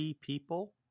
people